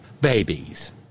babies